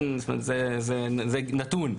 זה נתון,